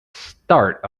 start